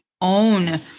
own